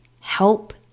Help